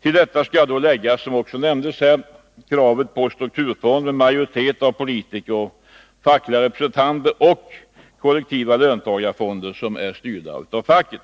Till detta skall då läggas, som också nämnts här, kraven på en strukturfond med majoritet av politiker och fackliga representanter samt på kollektiva löntagarfonder som är styrda av facket.